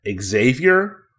Xavier